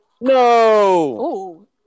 No